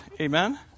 amen